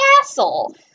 castle